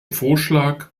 vorschlag